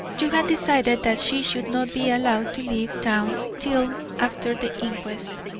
you had decided that she should not be allowed to leave town till after the inquest,